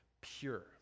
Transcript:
pure